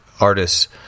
artists